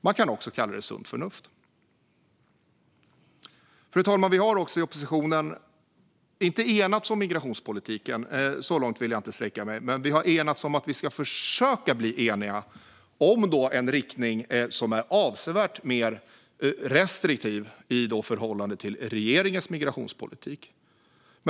Man kan också kalla det sunt förnuft. Fru talman! Vi i oppositionen har också enats, inte om migrationspolitiken - så långt vill jag inte sträcka mig, men om att vi ska försöka bli eniga om en riktning som är avsevärt mer restriktiv i förhållande till regeringens migrationspolitik.